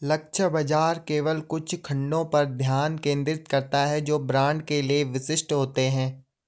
लक्ष्य बाजार केवल कुछ खंडों पर ध्यान केंद्रित करता है जो ब्रांड के लिए विशिष्ट होते हैं